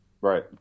Right